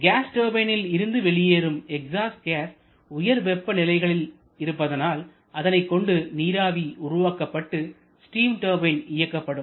case டர்பைனில் இருந்து வெளியேறும் எக்ஸாஸ்ட் கேஸ் உயர் வெப்ப நிலைகளில் இருப்பதனால் அதனைக்கொண்டு நீராவி உருவாக்கப்பட்டு ஸ்டீம் டர்பைன் இயக்கப்படும்